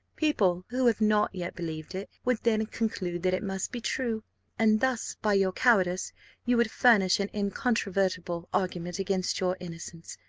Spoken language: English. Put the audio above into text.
people who have not yet believed it would then conclude that it must be true and thus by your cowardice you would furnish an incontrovertible argument against your innocence.